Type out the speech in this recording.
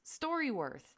StoryWorth